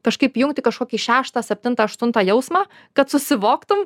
kažkaip įjungti kažkokį šeštą septintą aštuntą jausmą kad susivoktum